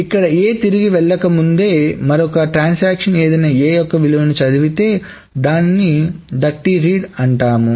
ఇక్కడ A తిరిగి వెళ్లే ముందే మరొక ట్రాన్సాక్షన్ ఏదైనా A యొక్క విలువను చదివితే దానినే డర్టీ రీడ్ అంటాం